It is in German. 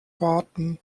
warten